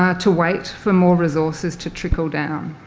ah to wait for more resources to trickle down.